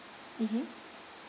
mmhmm